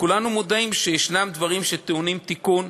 וכולנו יודעים שישנם דברים שטעונים תיקון.